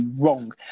wrong